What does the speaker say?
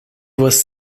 was